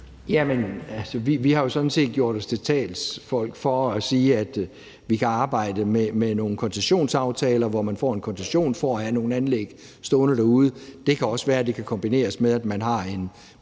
set gjort os til talsfolk for at sige, at vi kan arbejde med nogle koncessionsaftaler, hvor man får en koncession for at have nogle anlæg stående derude. Det kan også være, det kan kombineres med, at man har en